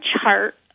chart